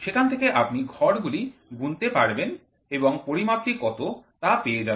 সেখান থেকে আপনি ঘরগুলি গুনতে পারবেন এবং পরিমাপটি কত তা পেয়ে যাবেন